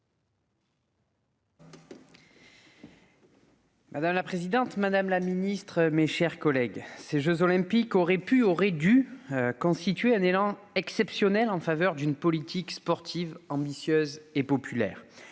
Madame la présidente, madame la ministre, mes chers collègues, ces jeux Olympiques auraient pu, auraient dû donner lieu à un élan exceptionnel en faveur d'une politique sportive ambitieuse et populaire.